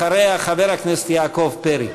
אחריה, חבר הכנסת יעקב פרי.